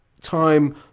time